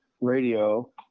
radio